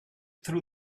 through